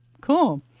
cool